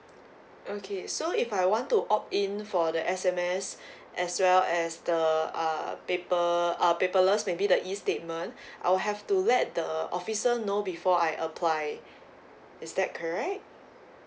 okay so if I want to opt in for the S_M_S as well as the uh paper ah paperless maybe the E statement I'll have to let the officer know before I apply is that correct